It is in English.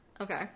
Okay